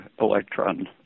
electron